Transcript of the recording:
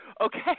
Okay